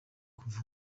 kuva